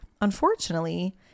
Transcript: unfortunately